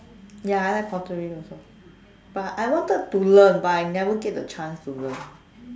ya I like pottery also but I wanted to learn but I never get the chance to learn